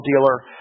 dealer